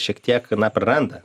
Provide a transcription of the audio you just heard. šiek tiek na praranda